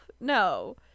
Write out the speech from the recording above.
No